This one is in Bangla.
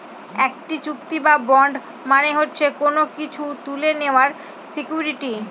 একটি চুক্তি বা বন্ড মানে হচ্ছে কোনো কিছু তুলে নেওয়ার সিকুইরিটি